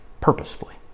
purposefully